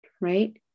right